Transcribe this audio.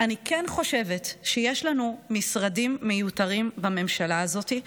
אני כן חושבת שיש לנו משרדים מיותרים בממשלה הזאת.